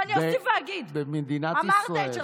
ואני אוסיף ואגיד, במדינת ישראל, אמרת את שלך.